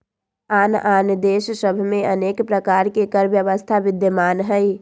आन आन देश सभ में अनेक प्रकार के कर व्यवस्था विद्यमान हइ